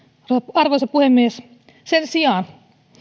arvoisa puhemies sen sijaan